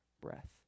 breath